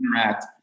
interact